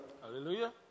Hallelujah